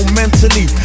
mentally